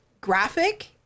graphic